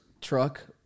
truck